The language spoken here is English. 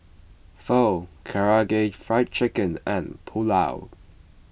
Pho Karaage Fried Chicken and Pulao